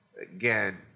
again